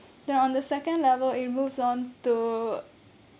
then on the second level it moves on to